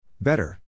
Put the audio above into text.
Better